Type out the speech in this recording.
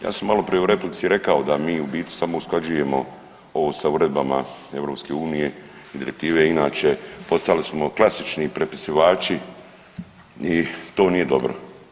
Ja sam maloprije u replici rekao da mi u biti samo usklađujemo ovo sa uredbama EU i direktive, inače postali smo klasični prepisivači i to nije dobro.